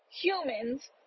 humans